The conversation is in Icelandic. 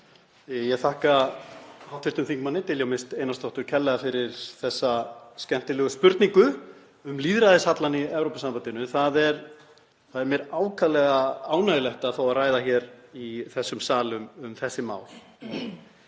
Ég þakka hv. þm. Diljá Mist Einarsdóttur kærlega fyrir þessa skemmtilegu spurningu um lýðræðishallann í Evrópusambandinu. Það er mér ákaflega ánægjulegt að fá að ræða hér í þessum sal um þessi mál.